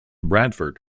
bradford